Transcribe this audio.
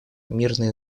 мирной